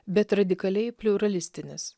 bet radikaliai pliuralistinis